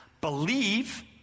Believe